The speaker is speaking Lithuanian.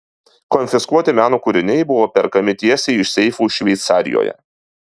konfiskuoti meno kūriniai buvo perkami tiesiai iš seifų šveicarijoje